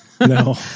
No